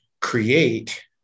create